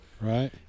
Right